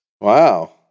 Wow